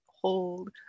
Hold